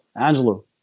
Angelo